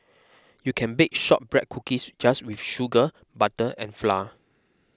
you can bake Shortbread Cookies just with sugar butter and flour